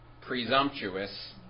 presumptuous